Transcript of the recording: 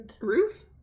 Ruth